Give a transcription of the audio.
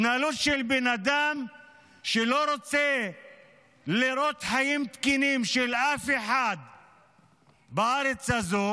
התנהלות של בן אדם שלא רוצה לראות חיים תקינים של אף אחד בארץ הזאת